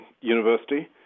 university